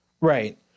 Right